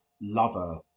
lover